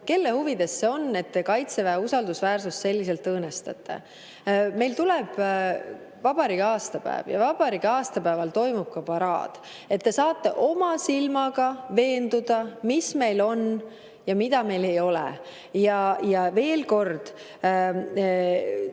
Kelle huvides see on, et te Kaitseväe usaldusväärsust selliselt õõnestate? Meil tuleb vabariigi aastapäev ja vabariigi aastapäeval toimub ka paraad. Te saate oma silmaga veenduda, mis meil on ja mida meil ei ole. Veel kord: